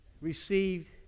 received